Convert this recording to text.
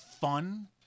fun